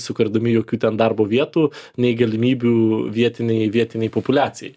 sukurdami jokių ten darbo vietų nei galimybių vietinei vietinei populiacijai